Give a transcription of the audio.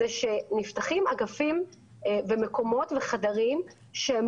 זה שנפתחים אגפים ומקומות וחדרים שהם